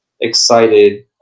excited